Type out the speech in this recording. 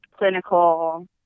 Clinical